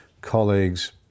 colleagues